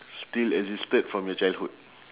still existed from your childhood